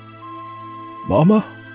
Mama